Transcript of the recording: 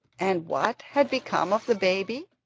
and what had become of the baby?